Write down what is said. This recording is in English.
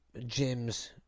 gyms